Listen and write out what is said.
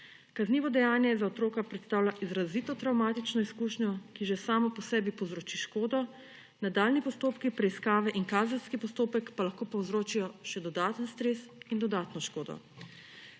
Kaznivo dejanje za otroka predstavlja izrazito travmatično izkušnjo, ki že sama po sebi povzroči škodo, nadaljnji postopki preiskave in kazenski postopek pa lahko povzročijo še dodaten stres in dodatno škodo.